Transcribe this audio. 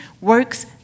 works